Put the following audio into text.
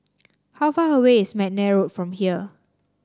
how far away is McNair Road from here